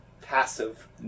passive